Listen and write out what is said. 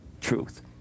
truth